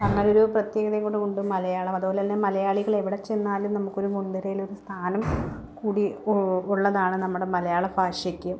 അങ്ങനൊരു പ്രത്യേകതയും കൂടെ ഉണ്ട് മലയാളം അതുപോലെ തന്നെ മലയാളികൾ എവിടെ ചെന്നാലും നമുക്കൊരു മുൻ നിരയിൽ ഒരു സ്ഥാനം കൂടി ഉള്ളതാണ് നമ്മുടെ മലയാള ഭാഷയ്ക്ക്